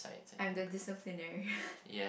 I'm the disciplinary